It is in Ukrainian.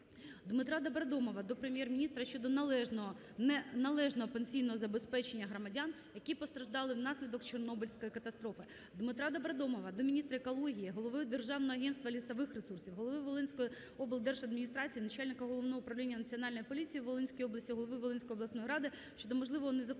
Дмитра Добродомова до Прем'єр-міністра щодо належного, неналежного пенсійного забезпечення громадян, які постраждали внаслідок Чорнобильської катастрофи. Дмитра Добродомова до міністра екології та природних ресурсів України, голови Державного агентства лісових ресурсів України, голови Волинської обласної державної адміністрації, начальника головного управління Національної поліції у Волинській області, голови Волинської обласної ради щодо можливої незаконної